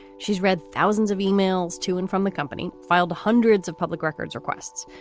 she's read thousands of emails to and from the company, filed hundreds of public records requests.